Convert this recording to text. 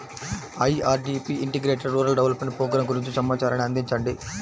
IRDP integrated rural development programme గురించి సమాచారాన్ని అందించండి?